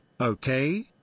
okay